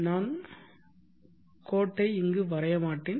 நான் கோட்டை இங்கு வரைய மாட்டேன்